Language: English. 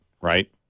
right